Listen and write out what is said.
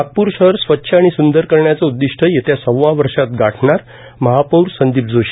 नागपूर शहर स्वच्छ आणि स्वंदर करण्याचं उद्दिष्ट येत्या सक्वा वर्षात गाठणार महापौर संदीप जोशी